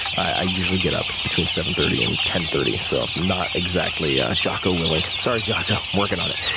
i usually get up between seven thirty and ten thirty so not exactly ah jocko willink. sorry jocko i'm working on it.